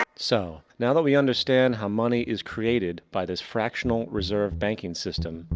so, now that we understand how money is created by this fractional reserve banking system.